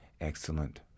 excellent